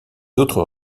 autres